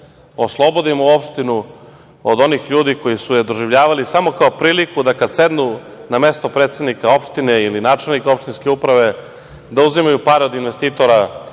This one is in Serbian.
oslobodimo opštinu od onih ljudi koji su je doživljavali samo kao priliku da kad sednu na mesto predsednika opštine ili načelnika opštinske uprave, da uzimaju pare od investitora,